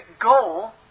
goal